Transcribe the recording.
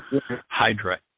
Hydra